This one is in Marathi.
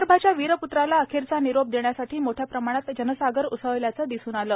विदर्भाच्या वीरप्त्राला अखेरचा निरोप देण्यासाठी मोठ्या प्रमाणात जनसागर उसळल्याचं दिसून आलं